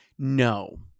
No